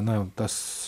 na tas